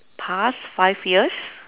past five years